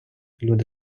люди